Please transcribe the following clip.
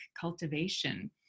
cultivation